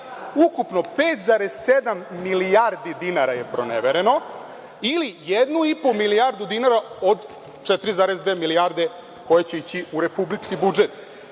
Ukupno 5,7 milijardi dinara je pronevereno ili 1,5 milijarda dinara od 4,2 milijarde koje će ići u republički budžet.